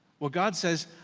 well, god says,